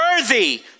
worthy